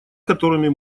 которыми